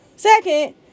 second